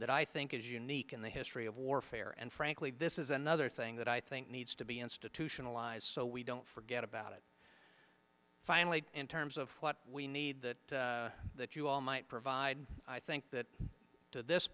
that i think is unique in the history of warfare and frankly this is another thing that i think needs to be institutionalized so we don't forget about it finally in terms of what we need that that you all might provide i think that to this